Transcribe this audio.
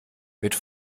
mit